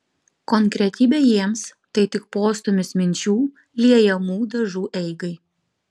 konkretybė jiems tai tik postūmis minčių liejamų dažų eigai